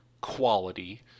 quality